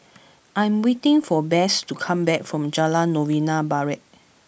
I am waiting for Bess to come back from Jalan Novena Barat